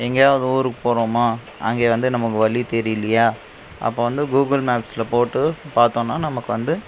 எங்கேயாது ஊருக்கு போகிறோமா அங்கே வந்து நமக்கு வழி தெரிலையா அப்போ வந்து கூகுள் மேப்ஸில் போட்டு பார்த்தோம்னா நமக்கு வந்து